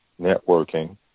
networking